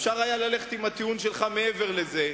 אפשר היה ללכת עם הטיעון הזה מעבר לזה.